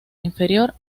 inferior